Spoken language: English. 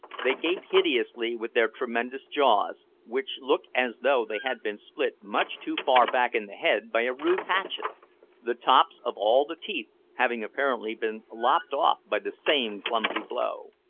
they gape hideously with their tremendous jaws, which look as though they had been split much too far back in the head by a rude hatchet the tops of all the teeth having apparently been lopped off by the same clumsy blow.